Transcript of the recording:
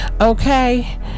Okay